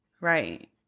right